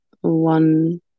one